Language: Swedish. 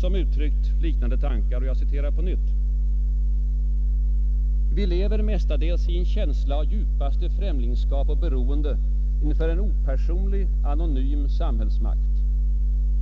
som uttryckt liknande tankar: ”Vi lever mestadels i en känsla av djupaste främlingskap och beroende inför en opersonlig, anonym samhällsmakt.